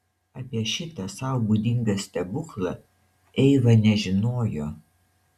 apie šitą sau būdingą stebuklą eiva nežinojo